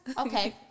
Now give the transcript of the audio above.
Okay